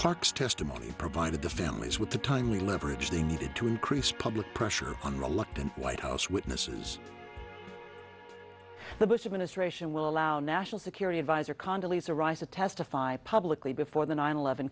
talks testimony provided the families with the timely leverage they needed to increase public pressure on reluctant white house witnesses the bush administration will allow national security adviser congolese arise to testify publicly before the nine eleven